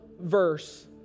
verse